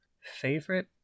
Favorite